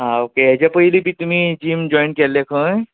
हां ओके हाचे पयलीं बी तुमी जीम जॉयन केल्लें खंय